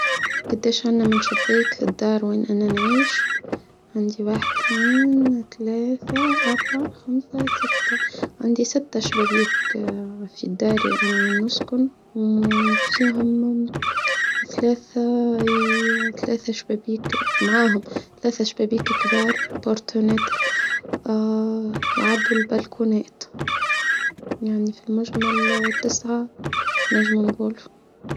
كتاش عنا من شبابيك الدار وين أنا نعيش عندي واحد اتنين اتلاتة أربعه خمسه سته عندي ستة شبابيك في الداري انا ونسكن وفيهم ثلاثة ثلاثة شبابيك معاهم ثلاثة شبابيك كبار بارتوناتر اااا يعدو البلكونات يعني في المجمل تسعة نجم نجولو.